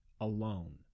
alone